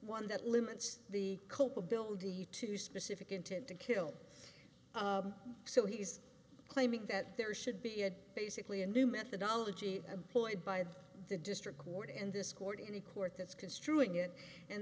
one that limits the culpability to specific intent to kill so he's claiming that there should be a basically a new methodology a ploy by the district court and this court any court that's construing it and